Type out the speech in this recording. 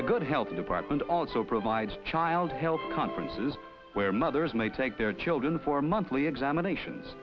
the good health department also provides child health conferences where mothers may take their children for monthly examinations